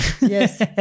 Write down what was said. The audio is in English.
Yes